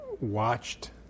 watched